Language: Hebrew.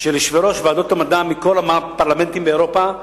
של יושבי-ראש ועדות המדע מכל הפרלמנטים באירופה,